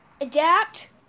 adapt